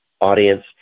audience